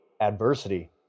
adversity